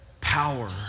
power